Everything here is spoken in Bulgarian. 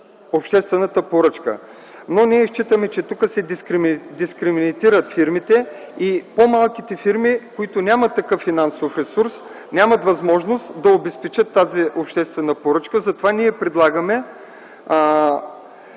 обществената поръчка. Ние считаме, че тук се дискриминират фирмите. По-малките фирми, които нямат такъв финансов ресурс, нямат възможност да обезпечат тази обществена поръчка, затова предлагаме